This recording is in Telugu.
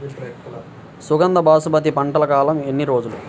సుగంధ బాసుమతి పంట కాలం ఎన్ని రోజులు?